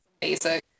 basic